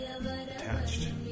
attached